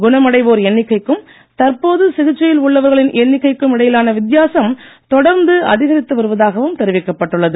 குணமடைவோர் எண்ணிக்கைக்கும் தற்போது சிகிச்சையில் உள்ளவர்களின் எண்ணிக்கைக்கும் இடையிலான வித்தியாசம் தொடர்ந்து அதிகரித்து வருவதாகவும் தெரிவிக்கப்பட்டுள்ளது